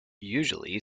usually